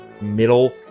middle